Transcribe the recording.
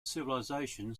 civilization